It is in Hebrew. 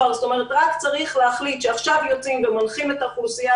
רק צריך להחליט שעכשיו יוצאים ומנחים את האוכלוסייה